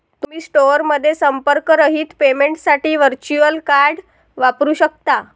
तुम्ही स्टोअरमध्ये संपर्करहित पेमेंटसाठी व्हर्च्युअल कार्ड वापरू शकता